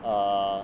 um